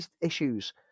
issues